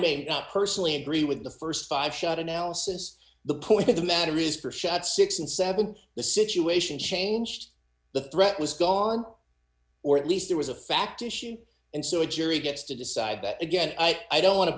may not personally agree with the st five shot analysis the point of the matter is for shot six and seven the situation changed the threat was gone or at least there was a fact issue and so a jury gets to decide but again i don't want to